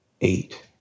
eight